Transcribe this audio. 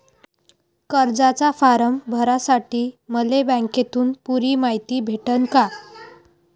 कर्जाचा फारम भरासाठी मले बँकेतून पुरी मायती भेटन का?